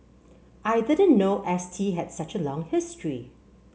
I didn't know S T has such a long history